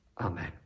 Amen